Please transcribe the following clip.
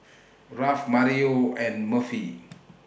Ralph Mario and Murphy